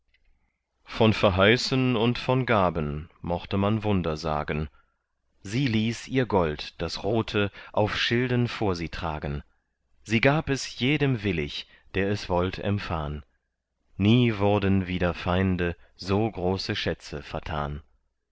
von verheißen und von gaben mochte man wunder sagen sie ließ ihr gold das rote auf schilden vor sie tragen sie gab es jedem willig der es wollt empfahn nie wurden wider feinde so große schätze vertan